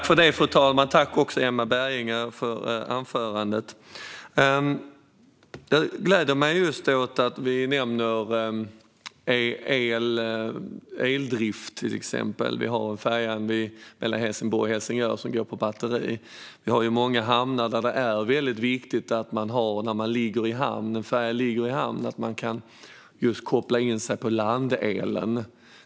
Fru talman! Jag tackar Emma Berginger för anförandet. Jag gläder mig åt att till exempel eldrift nämns. Färjan mellan Helsingborg och Helsingör går på batteri. Vi har många hamnar där det är väldigt viktigt att man när färjan ligger i hamn kan koppla in sig på landelen.